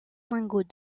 lingots